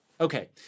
Okay